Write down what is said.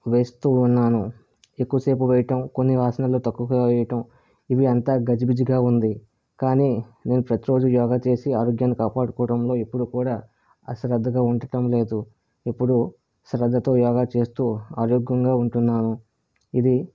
వేస్తూ ఉన్నాను ఎక్కువసేపు వేయటం కొన్ని ఆసనాలు తక్కువుగా వేయటం ఇవి అంత గజిబిజిగా ఉంది కాని నేను ప్రతిరోజు యోగా చేసి ఆరోగ్యాన్ని కాపాడుకోటంలో ఎప్పుడు కూడా అశ్రద్ధగా ఉండటం లేదు ఎప్పుడు శ్రద్ధతో యోగా చేస్తూ ఆరోగ్యంగా ఉంటున్నాను ఇది